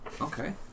okay